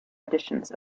editions